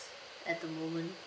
at the moment